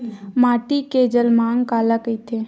माटी के जलमांग काला कइथे?